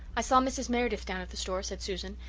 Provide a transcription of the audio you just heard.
i saw mrs. meredith down at the store, said susan,